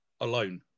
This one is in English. alone